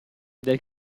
del